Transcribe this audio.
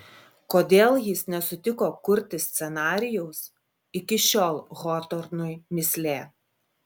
kodėl jis nesutiko kurti scenarijaus iki šiol hotornui mįslė